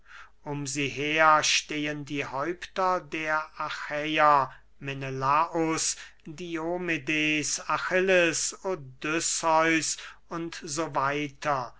um sie her stehen die häupter der achäer menelaus diomedes achilles odysseus u s w